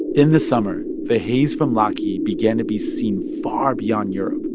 in the summer, the haze from laki began to be seen far beyond europe.